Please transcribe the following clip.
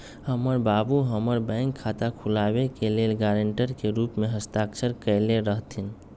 हमर बाबू हमर बैंक खता खुलाबे के लेल गरांटर के रूप में हस्ताक्षर कयले रहथिन